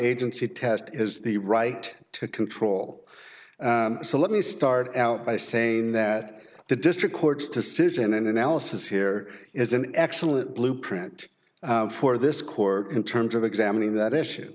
agency test is the right to control so let me start out by saying that the district court's decision an analysis here is an excellent blueprint for this court in terms of examining that issue